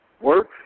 work